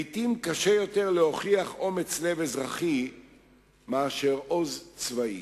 לעתים קשה יותר להוכיח אומץ-לב אזרחי מאשר עוז צבאי.